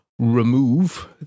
remove